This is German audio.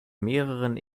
mehreren